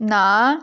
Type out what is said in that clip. ਨਾ